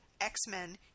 X-Men